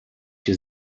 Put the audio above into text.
się